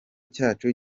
cyacu